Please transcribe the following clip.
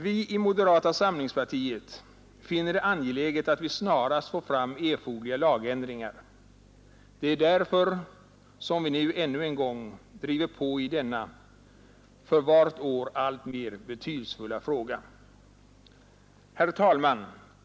Vi i moderata samlingspartiet finner det angeläget att det snarast sker erforderliga lagändringar. Det är därför vi nu ännu en gång driver på i denna för vart år alltmer betydelsefulla fråga. Herr talman!